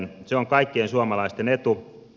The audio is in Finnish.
se on kaikkien suomalaisten etu